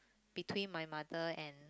between my mother and